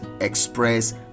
express